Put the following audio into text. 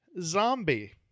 Zombie